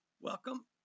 Welcome